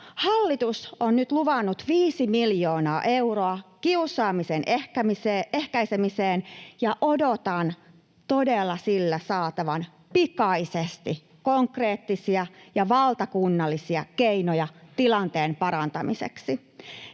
Hallitus on nyt luvannut 5 miljoonaa euroa kiusaamisen ehkäisemiseen, ja odotan todella sillä saatavan pikaisesti konkreettisia ja valtakunnallisia keinoja tilanteen parantamiseksi.